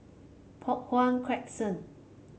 Poh Huat Crescent